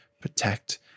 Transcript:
Protect